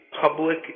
public